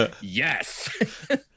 Yes